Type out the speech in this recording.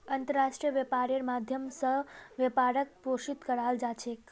अन्तर्राष्ट्रीय व्यापारेर माध्यम स व्यापारक पोषित कराल जा छेक